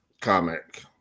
comic